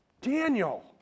Daniel